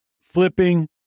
flipping